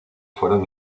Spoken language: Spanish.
fueron